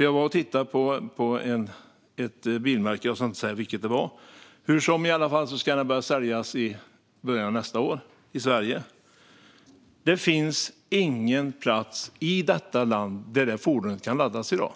Jag var och tittade på ett bilmärke - jag ska inte säga vilket det var - som ska börja säljas i Sverige i början av nästa år. Det finns dock ingen plats i detta land där detta fordon kan laddas i dag.